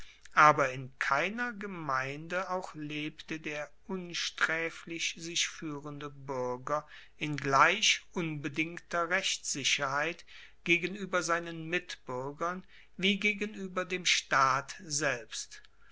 aber in keiner gemeinde auch lebte der unstraeflich sich fuehrende buerger in gleich unbedingter rechtssicherheit gegenueber seinen mitbuergern wie gegenueber dem staat selbst